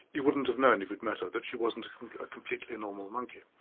you wouldn't have known, if you'd met her, that she wasn't a completely normal monkey.